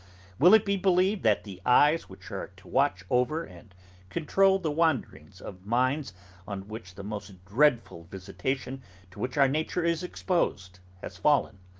will it be believed that the eyes which are to watch over and control the wanderings of minds on which the most dreadful visitation to which our nature is exposed has fallen,